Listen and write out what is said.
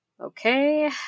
okay